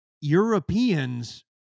Europeans